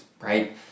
right